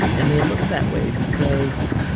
and they looked that way because,